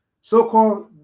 so-called